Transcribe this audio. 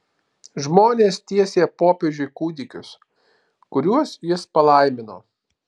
žmonės tiesė popiežiui kūdikius kuriuos jis palaimino